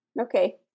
Okay